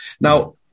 Now